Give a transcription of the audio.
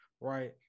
Right